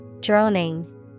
Droning